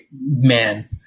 man